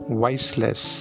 voiceless